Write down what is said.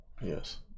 Yes